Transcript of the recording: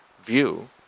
view